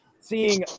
seeing